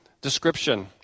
description